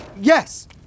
Yes